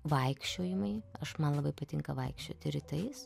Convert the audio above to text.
vaikščiojimai aš man labai patinka vaikščioti rytais